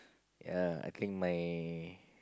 ya I think my